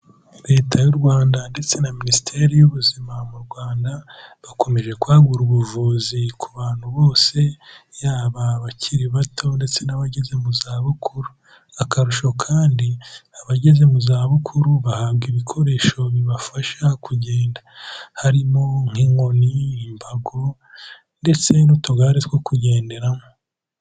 Leta y'u Rwanda ndetse na Minisiteri y'Ubuzima mu Rwanda bakomeje kwagura ubuvuzi ku bantu bose yaba abakiri bato ndetse n'abageze mu zabukuru, akarusho kandi abageze mu zabukuru bahabwa ibikoresho bibafasha kugenda harimo nk'inkoni, imbago ndetse n'utugare two kugenderamo.